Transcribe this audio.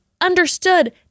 Understood